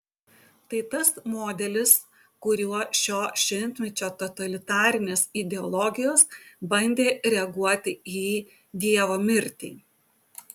tai tas modelis kuriuo šio šimtmečio totalitarinės ideologijos bandė reaguoti į dievo mirtį